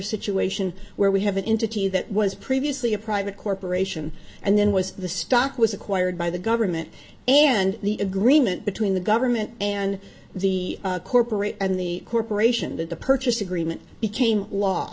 situation where we have into two that was previously a private corporation and then was the stock was acquired by the government and the agreement between the government and the corporate and the corporation that the purchase agreement became law